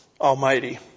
Almighty